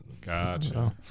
Gotcha